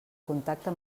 contacte